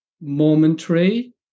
momentary